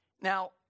now